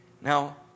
Now